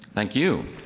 thank you.